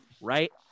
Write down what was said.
right